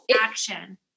Action